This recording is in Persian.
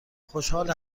خوشحال